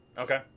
Okay